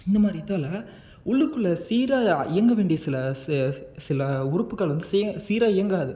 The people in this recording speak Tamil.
இந்த மாதிரி இதால உள்ளுக்குள்ளே சீராக இயங்க வேண்டிய சில ச சில உறுப்புகள் வந்து சே சீராக இயங்காது